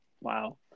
Wow